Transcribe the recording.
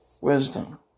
Wisdom